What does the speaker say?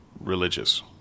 religious